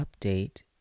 update